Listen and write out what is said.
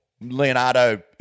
Leonardo